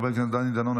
חבר הכנסת דני דנון,